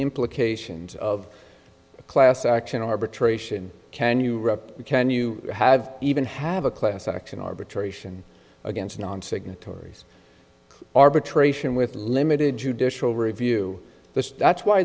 implications of a class action arbitration can you rep you can you have even have a class action arbitration against non signatories arbitration with limited judicial review the that's why